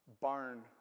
barn